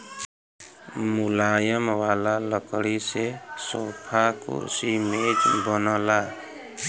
मुलायम वाला लकड़ी से सोफा, कुर्सी, मेज बनला